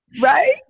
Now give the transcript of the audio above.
Right